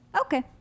Okay